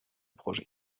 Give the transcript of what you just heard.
projet